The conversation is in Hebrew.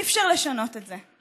אי-אפשר לשנות את זה.